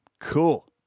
Cool